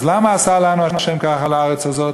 אז למה עשה לנו ה' ככה לארץ הזאת?